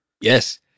Yes